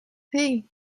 hey